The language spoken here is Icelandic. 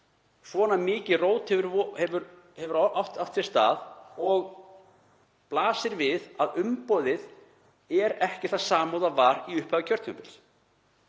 svona mikið rót hefur átt sér stað og blasir við að umboðið er ekki það sama og það var í upphafi kjörtímabils.